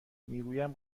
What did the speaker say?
میگویم